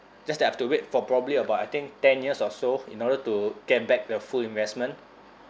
just that I've to wait for probably about I think ten years or so in order to get back the full investment